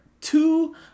two